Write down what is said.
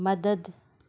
मदद